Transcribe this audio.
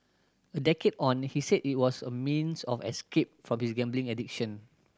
a decade on he said it was a means of escape from his gambling addiction